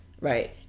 Right